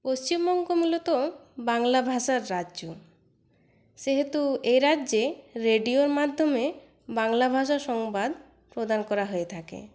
পশ্চিমবঙ্গ মূলত বাংলা ভাষার রাজ্য সেহেতু এ রাজ্যে রেডিওর মাধ্যমে বাংলা ভাষার সংবাদ প্রদান করা হয়ে থাকে